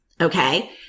Okay